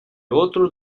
otros